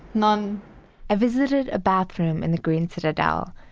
none i visited a bathroom in the green citadel,